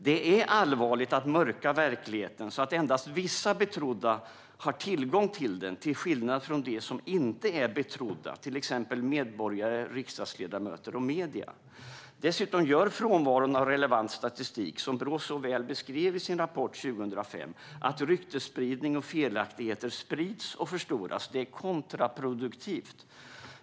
Det är allvarligt att mörka verkligheten så att endast vissa betrodda har tillgång till den till skillnad från dem som inte är betrodda, till exempel medborgare, riksdagsledamöter och medier. Dessutom gör frånvaron av relevant statistik, vilket Brå så väl beskrev i sin rapport 2005, att ryktesspridning och felaktigheter sprids och förstoras. Det är kontraproduktivt.